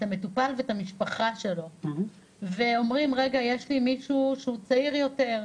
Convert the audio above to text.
המטופל ואת המשפחה שלו ואומרים "רגע יש לי מישהו שהוא צעיר יותר".